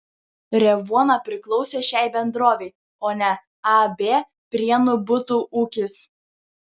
revuona priklausė šiai bendrovei o ne ab prienų butų ūkis